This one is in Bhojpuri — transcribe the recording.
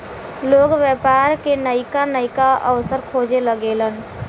लोग व्यापार के नइका नइका अवसर खोजे लगेलन